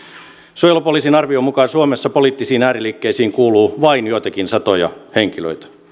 suojelupoliisin arvion mukaan suomessa poliittisiin ääriliikkeisiin kuuluu vain joitakin satoja henkilöitä